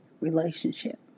relationship